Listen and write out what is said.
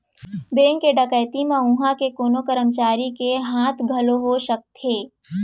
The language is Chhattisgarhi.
बेंक के डकैती म उहां के कोनो करमचारी के हाथ घलौ हो सकथे